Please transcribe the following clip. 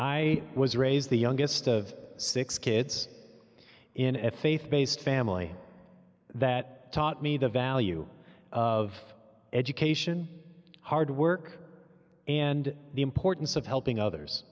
i was raised the youngest of six kids in a faith based family that taught me the value of education hard work and the importance of helping others